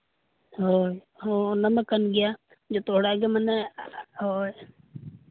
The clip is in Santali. ᱦᱳᱭ ᱚᱱᱟ ᱢᱟ ᱠᱟᱱ ᱜᱮᱭᱟ ᱡᱚᱛᱚ ᱦᱚᱲᱟᱜ ᱜᱮ ᱢᱟᱱᱮ ᱦᱳᱭ